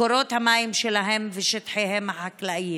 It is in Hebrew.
מקורות המים שלהם ושטחיהם החקלאיים.